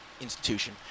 institution